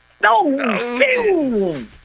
No